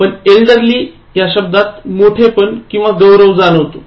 पण एल्डरली या शब्दात मोठेपण किंवा गौरव आहे